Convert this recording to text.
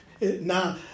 Now